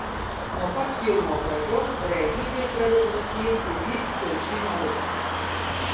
nuo pat filmo pradžios realybė pradeda skilti lyg kiaušinio lukštas